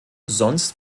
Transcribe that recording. sonst